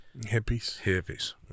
hippies